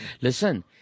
Listen